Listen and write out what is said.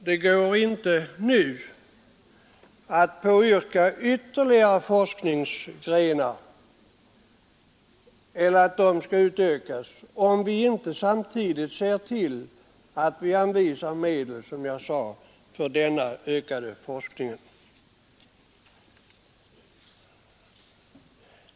Det går, som jag sade, inte nu att påyrka att antalet forskningsgrenar skall utökas, om vi inte samtidigt anvisar medel för denna ökade forskning.